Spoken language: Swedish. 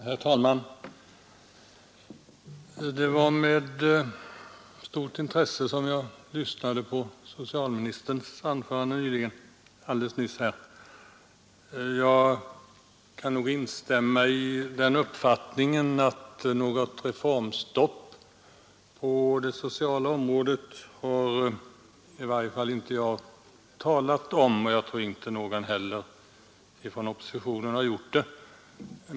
Herr talman! Det var med stort intresse jag lyssnade till socialministerns anförande. Jag kan instämma i hans uppfattning. Något reformstopp på det sociala området har i varje fall inte jag talat om, och jag tror inte heller att någon från oppositionen har gjort det.